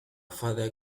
father